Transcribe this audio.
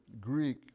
Greek